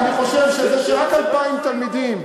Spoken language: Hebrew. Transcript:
אני חושב שזה שרק 2,100 תלמידים,